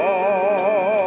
all